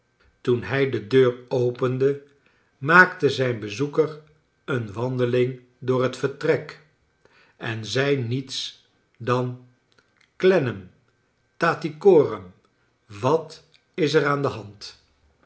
toen hij de deur opende maakte zijn bezoeker een wandeling door het vertrek en zei niets dan clennain tattycoram wat is er aan de hand